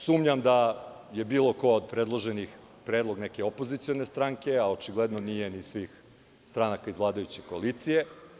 Sumnjam da je bilo ko od predloženih predlog neke opozicione stranke, a očigledno nije ni svih stranaka iz vladajuće koalicije.